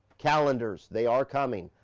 calendars, they are coming.